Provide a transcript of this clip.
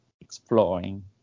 exploring